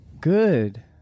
Good